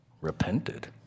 repented